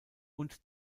und